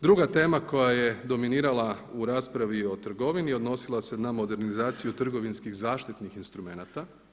Druga tema koja je dominirala u raspravi o trgovini odnosila se na modernizaciju trgovinskih zaštitnih instrumenata.